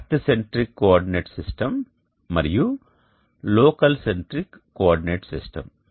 earth centric coordinate system మరియు local centric coordinate system